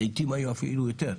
לעיתים אפילו יותר.